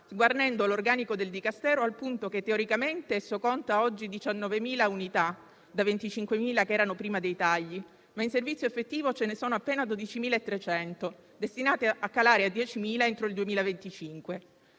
sguarnendo l'organico del dicastero al punto che, teoricamente, esso conta oggi 19.000 unità (da 25.000 che erano prima dei tagli), ma in servizio effettivo ce ne sono appena 12.300, destinati a calare a 10.000 entro il 2025.